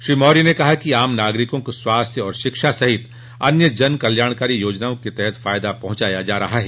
श्री मौर्य ने कहा कि आम नागरिकों को स्वास्थ्य शिक्षा सहित अन्य जन कल्याणकारी योजनाओं के तहत फायदा पहुंचाया जा रहा है